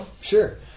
sure